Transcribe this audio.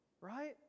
right